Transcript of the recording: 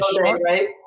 Right